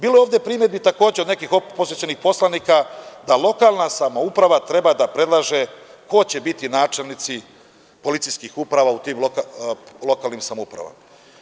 Bilo je ovde primedbi, takođe od nekih opozicionih poslanika da lokalna samouprava treba da predlaže ko će biti načelnici policijskih uprava u tim lokalnim samoupravama.